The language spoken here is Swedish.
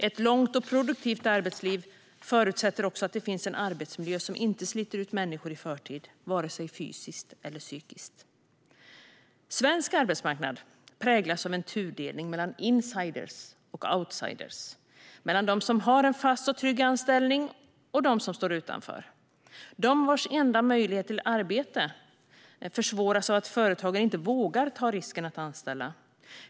Ett långt och produktivt arbetsliv förutsätter också att det finns en arbetsmiljö som inte sliter ut människor i förtid vare sig fysiskt eller psykiskt. Svensk arbetsmarknad präglas av en tudelning mellan insider och outsider, mellan dem som har en fast och trygg anställning och dem som står utanför och vars enda möjlighet till arbete försvåras av att företagen inte vågar ta risken att anställa.